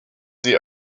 sie